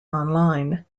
online